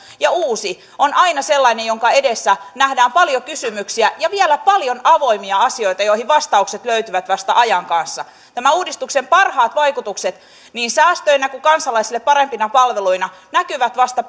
ja uusi on aina sellainen että sen edessä nähdään paljon kysymyksiä ja vielä paljon avoimia asioita joihin vastaukset löytyvät vasta ajan kanssa tämän uudistuksen parhaat vaikutukset niin säästöinä kuin kansalaisille parempina palveluina näkyvät vasta